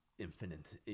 infinite